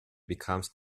becomes